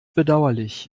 bedauerlich